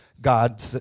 God